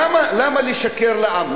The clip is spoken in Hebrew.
למה לשקר לעם?